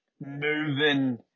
moving